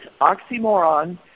oxymoron